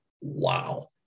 wow